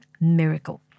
miracle